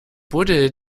buddel